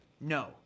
No